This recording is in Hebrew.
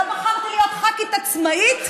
ולא בחרתי להיות ח"כית עצמאית,